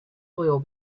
oil